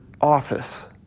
office